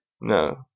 No